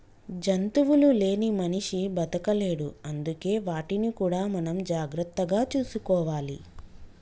జంతువులు లేని మనిషి బతకలేడు అందుకే వాటిని కూడా మనం జాగ్రత్తగా చూసుకోవాలి